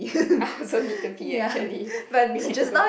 I also need to pee actually you can go it